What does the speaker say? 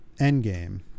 endgame